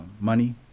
money